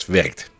werkt